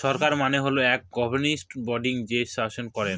সরকার মানে হল এক গভর্নিং বডি যে শাসন করেন